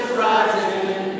rising